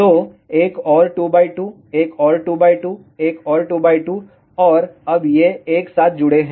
तो एक और 2 x 2 एक और 2 x 2 एक और 2 x 2 और अब ये एक साथ जुड़े हुए हैं